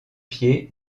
pied